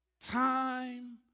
time